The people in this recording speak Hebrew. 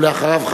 ואחריו,